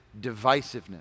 divisiveness